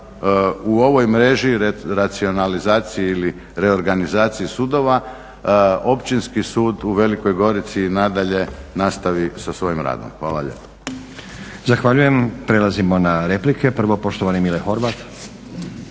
u ovoj mreži, racionalizaciji ili reorganizaciji sudova Općinski sud u Velikoj Gorici nadalje nastavi sa svojim radom. Hvala lijepo.